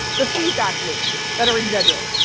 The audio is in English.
the feedback loops that are engendering.